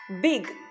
big